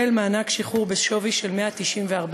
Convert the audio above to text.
היום, מענק השחרור משירות לאומי-אזרחי,